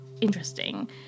interesting